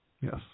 Yes